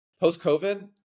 post-covid